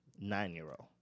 Nine-year-old